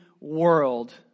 world